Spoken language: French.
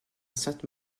sainte